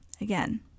Again